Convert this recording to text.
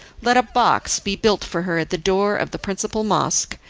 let a box be built for her at the door of the principal mosque,